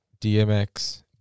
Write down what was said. DMX